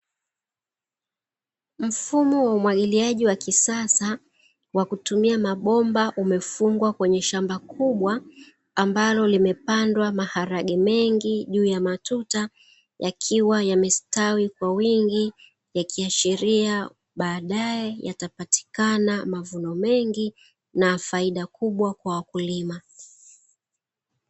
Mfumo wa umwagiliaji wa kisasa, wa kutumia mabomba umefungwa kwenye shamba kubwa, ambalo limepandwa maharage mengi juu ya matuta, yakiwa yamestawi kwa wingi ,yakiashiria baadae yatapatikana mavuno mengi, na faida kubwa kwa wakulima.